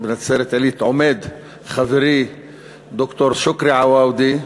נצרת-עילית עומד חברי ד"ר שוכרי עואדה,